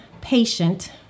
patient